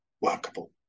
workable